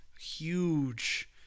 huge